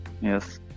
yes